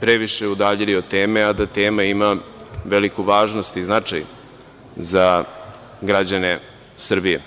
previše udaljili od teme, a tema ima veliku važnost i značaj za građane Srbije.